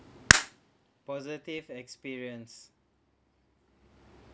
positive experience